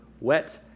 wet